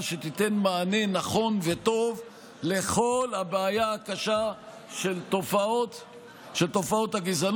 שתיתן מענה נכון וטוב לכל הבעיה הקשה של תופעות הגזענות.